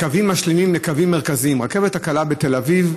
מקווים משלימים לקווים מרכזיים: הרכבת הקלה בתל אביב,